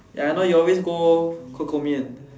ya I know you always go 可口面